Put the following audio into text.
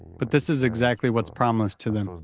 but this is exactly what's promised to them.